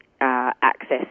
access